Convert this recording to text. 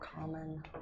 common